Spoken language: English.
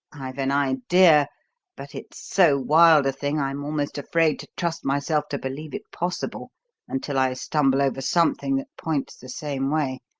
i've an idea but it's so wild a thing i'm almost afraid to trust myself to believe it possible until i stumble over something that points the same way.